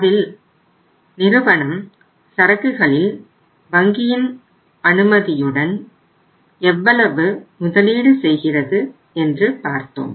அதில் நிறுவனம் சரக்குகளில் வங்கியின் அனுமதியுடன் எவ்வளவு முதலீடு செய்கிறது என்று பார்த்தோம்